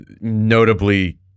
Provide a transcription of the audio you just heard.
notably